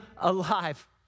alive